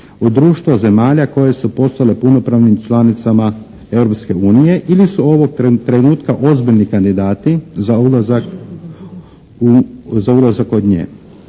u društvu zemalja koje su postale punopravnim članicama Europske unije ili su ovog trenutka ozbiljni kandidati za ulazak kod nje.